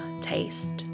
taste